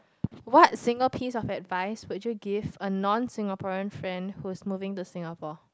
what single piece of advice would you give a non Singaporean friend who's moving to Singapore